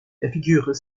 figurent